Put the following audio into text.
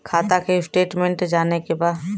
खाता के स्टेटमेंट जाने के बा?